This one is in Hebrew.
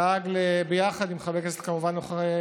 כמובן, ביחד עם חברי כנסת נוספים,